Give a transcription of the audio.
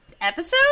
episode